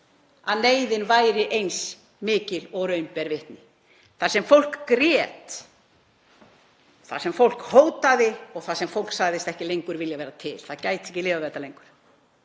að neyðin væri eins mikil og raun ber vitni þar sem fólk grét, þar sem fólk hótaði og þar sem fólk sagðist ekki lengur vilja vera til, það gæti ekki lifað við þetta lengur.